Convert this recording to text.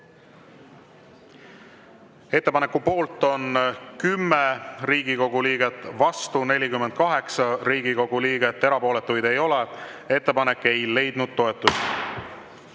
Ettepaneku poolt on 10 Riigikogu liiget, vastu 48 Riigikogu liiget, erapooletuid ei ole. Ettepanek ei leidnud toetust.